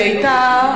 היא היתה,